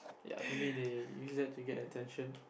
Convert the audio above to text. ya maybe they use that to get attention